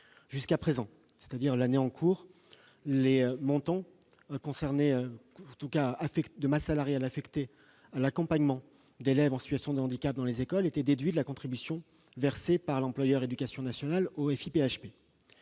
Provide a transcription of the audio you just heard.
Jusqu'à l'année en cours, les montants de masse salariale affectés à l'accompagnement d'élèves en situation de handicap dans les écoles étaient déduits de la contribution versée par l'employeur éducation nationale au FIPHFP.